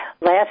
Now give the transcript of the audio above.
last